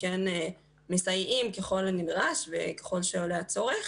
מסייעים ככל הנדרש וככל שעולה הצורך.